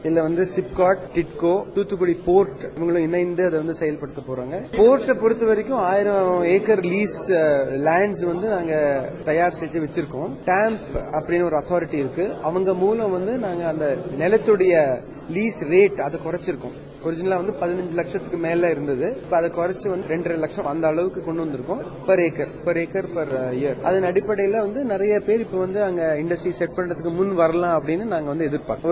இங்க வந்து சிப்னட் டிட்னோ தூத்துக்குடி போர்ட் இவங்களும் இணைந்து இதவந்து செயல்படுத்தப்போறாங்க போர்ட்ட பொறுத்தவரைக்கும் ஆயிரம் ஏக்கர் லீஸ்லேண்ட்ல வந்து அங்க தயார் செஞ்சு வெச்சிருக்னேம் டேம்ப் அப்படின்னு ஒரு அத்தாரிட்டி இருக்கு அவங்க மூலம் வந்து நாங்க அந்த நிலத்துடைய லீஸ்ரேட் அத குறைச்சிருக்னேம் ஒரிஜினலா பதினைந்து லட்சத்திற்கும் மேல இருந்தது இப்ப அத இருறைக்க இரண்டரை வட்சம் அற்த இஅளவுக்கு கொண்டுவந்திருக்னேம் பர் எக்கர் பர் இயர் அதன் அடிப்படையில வந்து நிறைய பேர் வந்து அங்க இண்டஸ்ட்ரீஸ் செட் பண்றதுக்கு முன்வரலாலு நாங்க எதிர்பார்க்கிறோம்